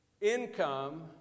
income